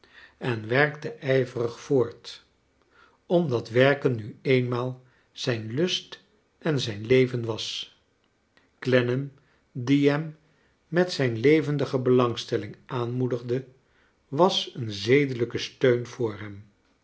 en werkte ijverig voort omdat werken nu eenmaal zijn lust en zijn leven was clennam die hem met zijn levendige belangstelling aanruoedigde was een zedelijke steun voor hem